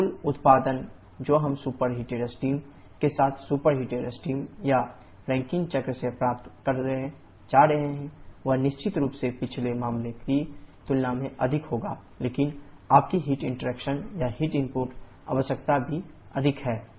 तो कुल उत्पादन जो हम सुपरहीट स्टीम के साथ सुपरहिटेड स्टीम या रैंकिन चक्र से प्राप्त करने जा रहे हैं वह निश्चित रूप से पिछले मामले की तुलना में अधिक होगा लेकिन आपकी हीट इंटरैक्शन या हीट इनपुट आवश्यकता भी अधिक है